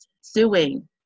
suing